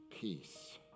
peace